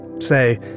Say